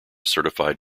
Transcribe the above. certified